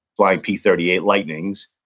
flying p thirty eight lightnings,